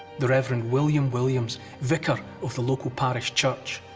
the reverend william williams, vicar of the local parish church,